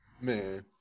Man